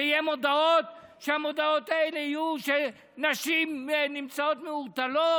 שיהיו מודעות עם נשים שנמצאות מעורטלות?